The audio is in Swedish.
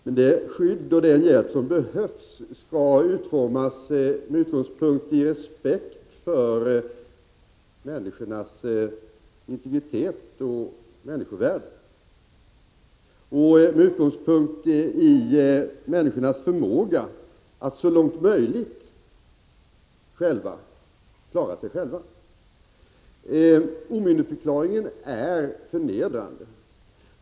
Men det skydd och den hjälp som behövs skall utformas med utgångspunkt i respekten för människors integritet och människovärde och med utgångspunkt i människornas förmåga att så långt som möjligt klara sig själva. Omyndigförklaring är förnedrande.